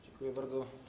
Dziękuję bardzo.